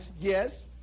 Yes